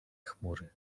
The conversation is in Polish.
chmury